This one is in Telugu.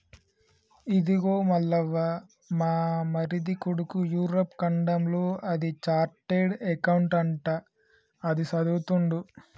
ఇదిగో మల్లవ్వ మా మరిది కొడుకు యూరప్ ఖండంలో అది చార్టెడ్ అకౌంట్ అంట అది చదువుతుండు